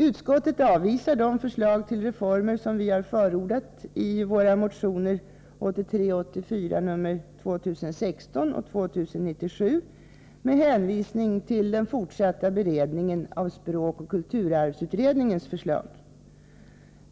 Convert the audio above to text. Utskottet avvisar de förslag till reformer som vi har förordat i våra motioner 1983/84:2016 och 2097 med hänvisning till den fortsatta beredningen av språkoch kulturarvsutredningens förslag.